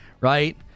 right